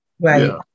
right